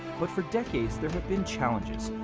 but for decades, there have been challenges,